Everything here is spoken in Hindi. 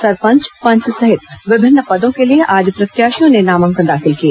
सरपंच पंच सहित विभिन्न पदों के लिए आज प्रत्याशियों ने नामांकन दाखिल किए